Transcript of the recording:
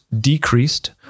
decreased